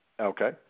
Okay